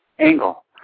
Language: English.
angle